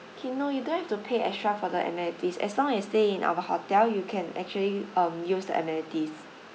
no you don't have to pay extra for the amenities as long as stay in our hotel you can actually um use the amenities